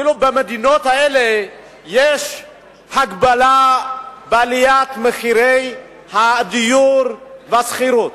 אפילו במדינות האלה יש הגבלה על עליית מחירי הדיור והשכירות.